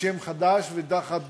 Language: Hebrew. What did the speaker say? בשם חדש ותחת